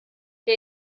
der